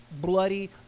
bloody